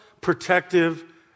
protective